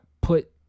put